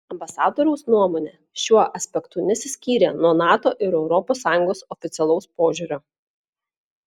ambasadoriaus nuomonė šiuo aspektu nesiskyrė nuo nato ir europos sąjungos oficialaus požiūrio